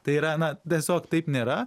tai yra na tiesiog taip nėra